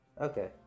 Okay